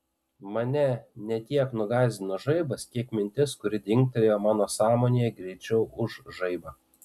mane ne tiek nugąsdino žaibas kiek mintis kuri dingtelėjo mano sąmonėje greičiau už žaibą